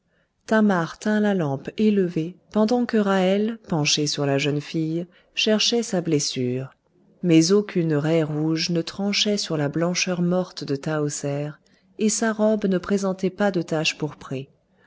thamar tint la lampe élevée pendant que ra'hel penchée sur la jeune fille cherchait sa blessure mais aucune raie rouge ne tranchait sur la blancheur mate de tahoser et sa robe ne présentait pas de tache pourprée